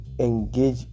engage